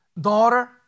daughter